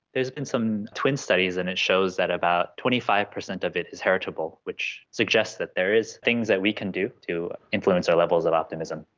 there has been some twin studies and it shows that about twenty five percent of it is heritable, which suggests that there are things that we can do to influence our levels of optimism.